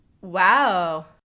Wow